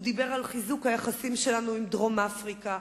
הוא דיבר על חיזוק היחסים שלנו עם דרום-אפריקה,